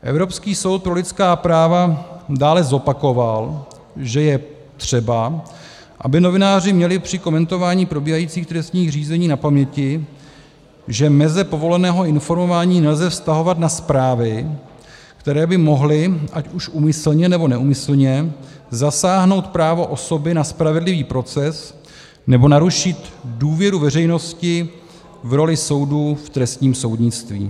Evropský soud pro lidská práva dále zopakoval, že je třeba, aby novináři měli při komentování probíhajících trestních řízení na paměti, že meze povoleného informování nelze vztahovat na zprávy, které by mohly, ať už úmyslně, nebo neúmyslně, zasáhnout právo osoby na spravedlivý proces nebo narušit důvěru veřejnosti v roli soudů v trestním soudnictví.